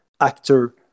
actor